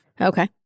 Okay